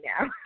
now